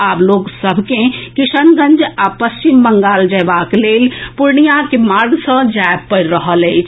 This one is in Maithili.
आब लोक सभ के किशनगंज आ पश्चिम बंगाल जएबाक लेल पूर्णिया के मार्ग सॅ जाए पड़ि रहल अछि